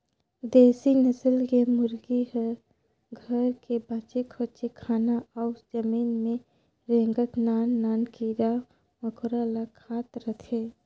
देसी नसल के मुरगी ह घर के बाचे खुचे खाना अउ जमीन में रेंगत नान नान कीरा मकोरा ल खात रहथे